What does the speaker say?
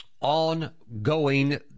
ongoing